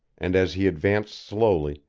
and as he advanced slowly,